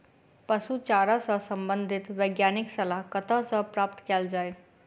पशु चारा सऽ संबंधित वैज्ञानिक सलाह कतह सऽ प्राप्त कैल जाय?